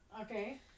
Okay